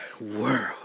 world